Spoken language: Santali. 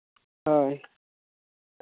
ᱦᱳᱭ